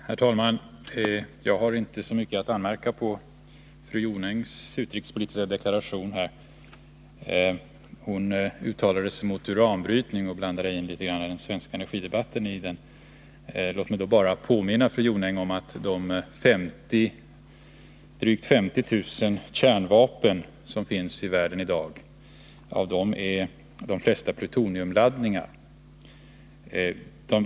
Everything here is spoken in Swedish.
Herr talman! Jag har inte så mycket att anmärka på fru Jonängs utrikespolitiska deklaration. Hon uttalade sig mot uranbrytning och blandade då in litet av den svenska energidebatten. Låt mig bara påminna fru Jonäng om att av de drygt 50 000 kärnvapen som finns i världen i dag är de flesta plutoniumladdningar.